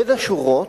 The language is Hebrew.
בין השורות,